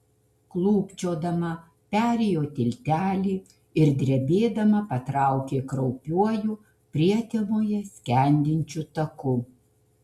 klūpčiodama perėjo tiltelį ir drebėdama patraukė kraupiuoju prietemoje skendinčiu taku